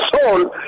soul